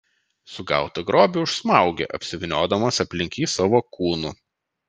sugautą grobį užsmaugia apsivyniodamas aplink jį savo kūnu